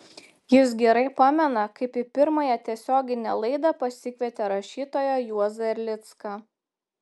jis gerai pamena kaip į pirmąją tiesioginę laidą pasikvietė rašytoją juozą erlicką